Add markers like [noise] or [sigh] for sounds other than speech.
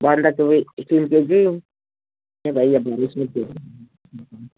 बन्दकोपी तिन केजी [unintelligible]